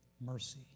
mercy